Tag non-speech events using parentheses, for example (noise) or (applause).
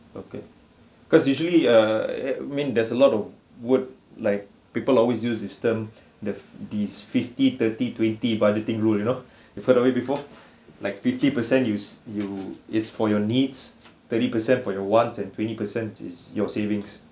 okay cause usually err mean there's a lot of would like people always used this term the these fifty thirty twenty budgeting rules you know (breath) you've heard of it before like fifty percent use you is for your needs thirty percent for your wants and twenty percent is your savings